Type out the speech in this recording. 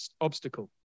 obstacle